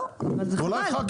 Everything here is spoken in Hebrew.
לא, אבל זה חבל, חבל.